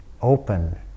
Open